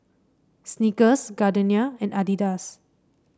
Snickers Gardenia and Adidas